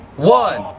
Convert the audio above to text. one,